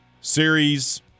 Series